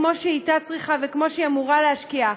כמו שהיא הייתה צריכה וכמו שהיא אמורה להשקיע,